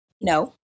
No